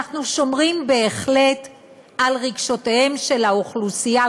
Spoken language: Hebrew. אנחנו שומרים בהחלט על רגשותיהם של האוכלוסייה,